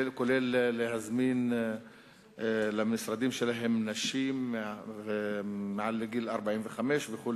למשל להזמין למשרדים שלהן נשים מעל גיל 45 וכו'.